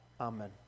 Amen